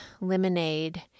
Lemonade